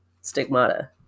stigmata